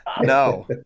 No